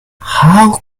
how